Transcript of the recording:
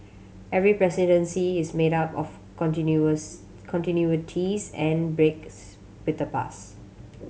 every presidency is made up of continuous continuities and breaks with the past